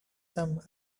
some